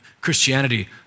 Christianity